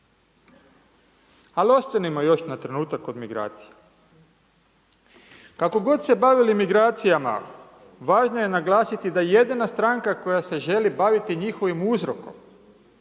Al ostanimo još na trenutak kod migracija. Kako god se bavili migracijama, važno je naglasiti da jedina stranka koja se želi baviti njihovim uzrokom,